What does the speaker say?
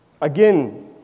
Again